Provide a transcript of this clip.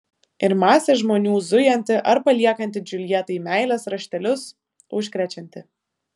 ir masė žmonių zujanti ar paliekanti džiuljetai meilės raštelius užkrečianti